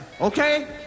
okay